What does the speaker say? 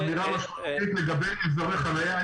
אמירה משמעותית לגבי אזורי חנייה,